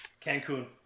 Cancun